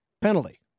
penalty